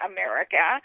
America